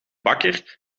bakker